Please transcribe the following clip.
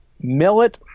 millet